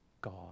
God